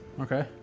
Okay